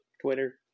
Twitter